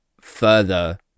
further